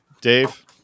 Dave